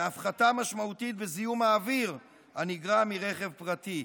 והפחתה משמעותית בזיהום האוויר הנגרם מרכב פרטי.